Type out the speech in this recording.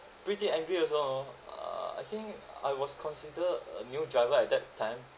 pretty angry also oh uh I think I was considered a new driver at that time